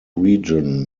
region